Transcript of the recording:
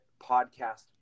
podcast